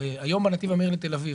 הרי היום הנתיב המהיר לתל אביב,